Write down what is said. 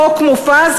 חוק מופז,